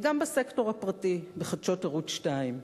וגם בסקטור הפרטי, בחדשות ערוץ-2.